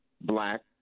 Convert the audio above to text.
Black